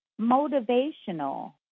motivational